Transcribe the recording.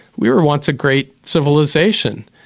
we were once a great civilisation.